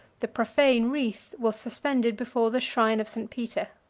the profane wreath was suspended before the shrine of st. peter.